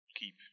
keep